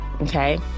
Okay